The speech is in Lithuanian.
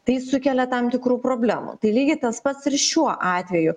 tai sukelia tam tikrų problemų tai lygiai tas pats ir šiuo atveju